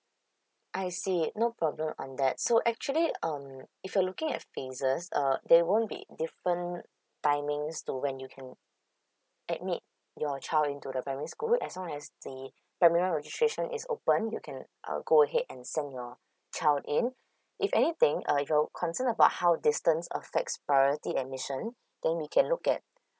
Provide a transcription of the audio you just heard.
I see no problem on that so actually um if you're looking at phases uh there won't be different timings to when you can admit your child into the primary school as long as the primary registration is open you can uh go ahead and send your child in if anything uh your concern about how distance affects priority admission then we can look at